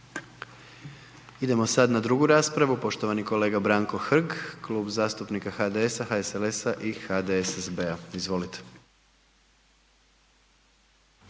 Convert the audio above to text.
Idemo sada na drugu raspravu, poštovani zastupnik Branko Hrg, Klub zastupnika HDS-HSLS-HDSSB-a. Izvolite.